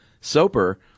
Soper